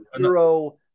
Zero